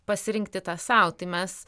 pasirinkti tą sau tai mes